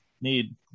need